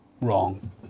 Wrong